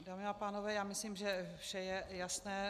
Dámy a pánové, myslím, že vše je jasné.